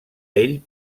ell